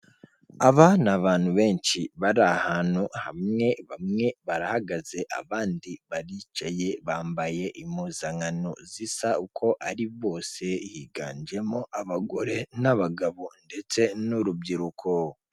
Aba ni abantu benshi bari ahantu hamwe bamwe barahagaze abandi baricaye bambaye impuzankano zisa uko ari bose higanjemo abagore n'abagabo ndetse n'urubyiruko.